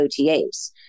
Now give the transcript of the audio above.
OTAs